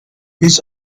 his